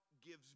gives